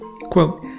Quote